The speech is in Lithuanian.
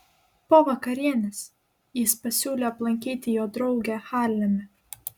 po vakarienės jis pasiūlė aplankyti jo draugę harleme